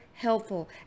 helpful